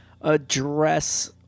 address